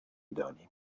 دانیم